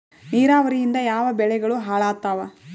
ನಿರಾವರಿಯಿಂದ ಯಾವ ಬೆಳೆಗಳು ಹಾಳಾತ್ತಾವ?